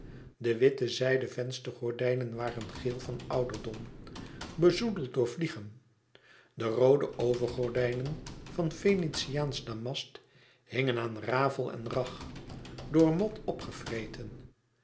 de witte zijden venstergordijnen waren geel van ouderdom bezoedeld door vliegen de roode overgordijnen van venetiaansch damast hingen aan rafel en rag door mot opgevreten